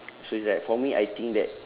so it's like for me I think that